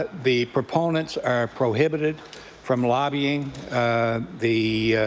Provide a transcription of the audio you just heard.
the proponents are prohibited from lobbying the